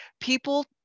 people